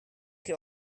che